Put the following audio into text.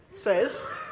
Says